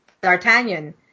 D'Artagnan